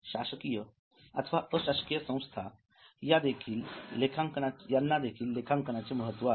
शासकीय अथवा अशासकीय संस्था यांच्याकरिता देखील लेखांकन महत्त्वाचे आहे